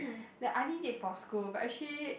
that I need it for school but actually